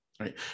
right